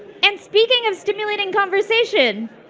and speaking of stimulating conversation